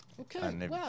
okay